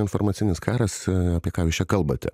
informacinis karas apie ką jūs kalbate